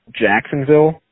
Jacksonville